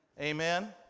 Amen